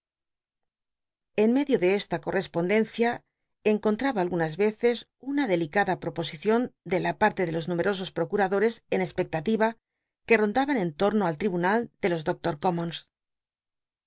en med io de esta cortespondencia encontraba algunas veces una delicada proposicion de la parle de los numerosos procuradores en espcclali'a que rondaban en t orno al t tibunal de los